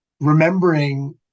remembering